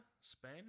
Spain